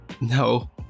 No